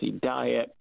diet